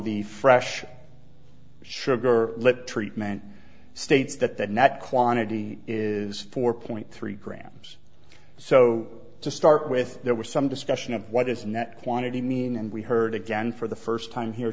the fresh sugar lip treatment states that the net quantity is four point three grams so to start with there was some discussion of what is in that quantity mean and we heard again for the first time here